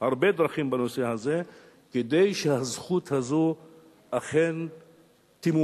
הרבה דרכים בנושא הזה, כדי שהזכות הזאת אכן תמומש,